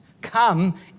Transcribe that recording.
come